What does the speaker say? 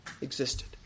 existed